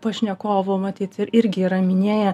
pašnekovų matyt ir irgi yra minėję